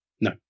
No